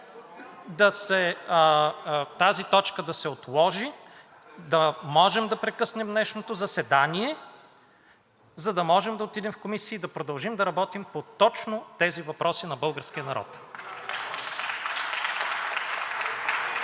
тази точка да се отложи, да може да прекъснем днешното заседание, за да може да отидем в комисии и да продължим да работим точно по тези въпроси на българския народ.